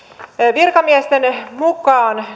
virkamiesten mukaan